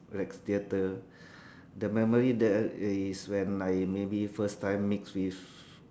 rex theater the memory is when I maybe first time mix with